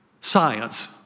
science